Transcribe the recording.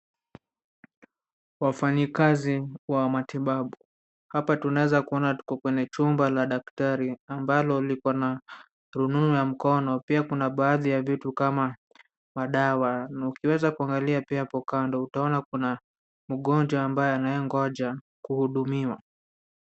Wafanyikazi wa matibabu, hapa tunaweza kuona tuko kwenye chumba la daktari; ambalo liko na rununu ya mkono pia kuna baadhi ya vitu kama madawa. Na ukiweza kuangalia pia hapo kando utaona kuna mgonjwa ambaye anayengoja kuhudumiwa.